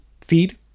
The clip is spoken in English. feed